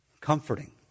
Comforting